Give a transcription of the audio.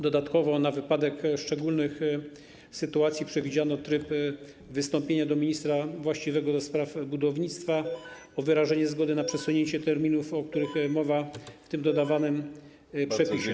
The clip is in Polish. Dodatkowo na wypadek szczególnych sytuacji przewidziano tryb wystąpienia do ministra właściwego do spraw budownictwa o wyrażenie zgody na przesunięcie terminów, o których mowa w tym dodawanym przepisie.